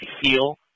heal